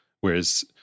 Whereas